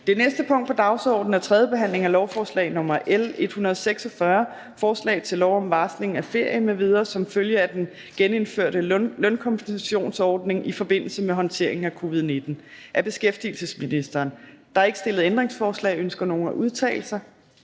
Det næste punkt på dagsordenen er: 5) 3. behandling af lovforslag nr. L 146: Forslag til lov om varsling af ferie m.v. som følge af den genindførte lønkompensationsordning i forbindelse med håndteringen af covid-19. Af beskæftigelsesministeren (Peter Hummelgaard). (Fremsættelse